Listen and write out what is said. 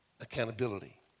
accountability